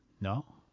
No